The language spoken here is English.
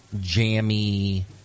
jammy